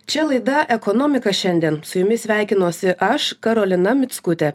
čia laida ekonomika šiandien su jumis sveikinuosi aš karolina mickutė